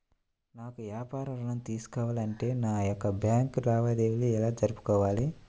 నాకు వ్యాపారం ఋణం తీసుకోవాలి అంటే నా యొక్క బ్యాంకు లావాదేవీలు ఎలా జరుపుకోవాలి?